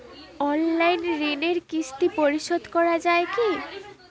Online ঋণের কিস্তি পরিশোধ করা যায় কি?